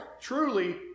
truly